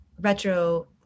retro